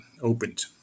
opened